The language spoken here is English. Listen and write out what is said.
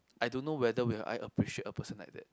I don't know whether will I appreciate a person like that